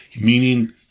meaning